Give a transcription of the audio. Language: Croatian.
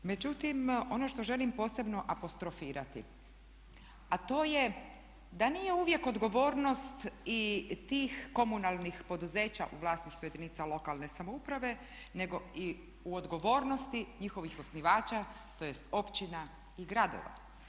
Međutim, ono što želim posebno apostrofirati a to je da nije uvijek odgovornost i tih komunalnih poduzeća u vlasništvu jedinica lokalne samouprave nego i u odgovornosti njihovih osnivača tj. općina i gradova.